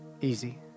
easy